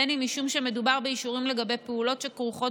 בין משום שמדובר באישורים לגבי פעולות שכרוכות